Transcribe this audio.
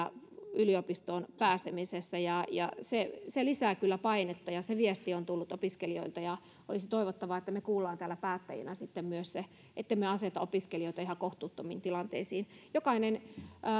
yliopistoon pääsemisessä se se lisää kyllä painetta ja se viesti on tullut opiskelijoilta olisi toivottavaa että me kuulemme täällä päättäjinä myös sen ettemme aseta opiskelijoita ihan kohtuuttomiin tilanteisiin jokaisen